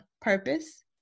purpose